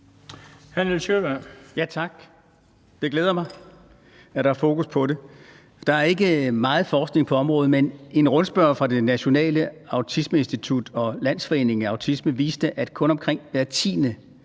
Tak. Det glæder mig, at der er fokus på det. Der er ikke meget forskning på området, men en rundspørge for Det Nationale Autismeinstitut og Landsforeningen Autisme har vist, at kun omkring hver